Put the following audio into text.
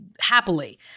happily